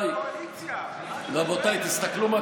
מתי אתם ישבתם באופוזיציה?